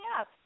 up